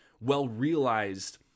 well-realized